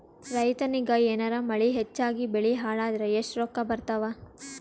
ರೈತನಿಗ ಏನಾರ ಮಳಿ ಹೆಚ್ಚಾಗಿಬೆಳಿ ಹಾಳಾದರ ಎಷ್ಟುರೊಕ್ಕಾ ಬರತ್ತಾವ?